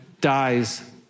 dies